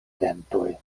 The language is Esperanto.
dentoj